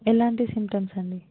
ఎలాంటి సింటమ్స్ అండి